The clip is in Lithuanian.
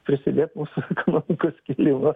prisidėt mūsų ekonomikos kėlimą